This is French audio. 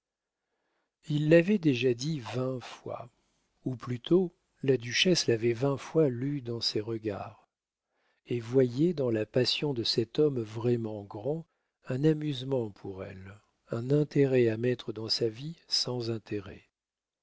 il l'avait déjà dit vingt fois ou plutôt la duchesse l'avait vingt fois lu dans ses regards et voyait dans la passion de cet homme vraiment grand un amusement pour elle un intérêt à mettre dans sa vie sans intérêt